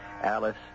Alice